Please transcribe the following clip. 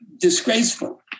disgraceful